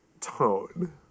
tone